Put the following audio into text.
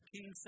King